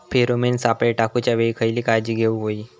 Pheromone सापळे टाकूच्या वेळी खयली काळजी घेवूक व्हयी?